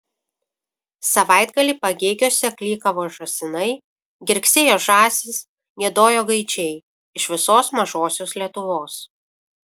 savaitgalį pagėgiuose klykavo žąsinai girgsėjo žąsys giedojo gaidžiai iš visos mažosios lietuvos